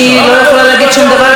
אני לא יכולה להגיד שום דבר,